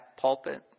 pulpit